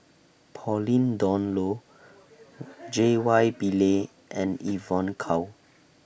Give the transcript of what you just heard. Pauline Dawn Loh J Y Pillay and Evon Kow